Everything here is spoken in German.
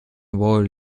roll